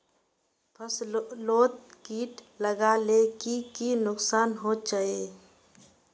फसलोत किट लगाले की की नुकसान होचए?